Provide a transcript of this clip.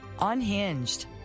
Unhinged